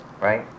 Right